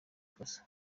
faso